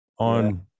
On